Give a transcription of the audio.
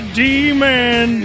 demon